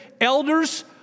Elders